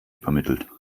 übermittelt